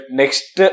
next